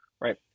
right